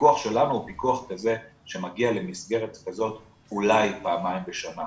הפיקוח שלנו הוא פיקוח כזה שמגיע למסגרת כזאת אולי פעמיים בשנה.